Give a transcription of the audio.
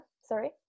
sorry